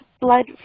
blood